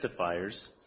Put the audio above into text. testifiers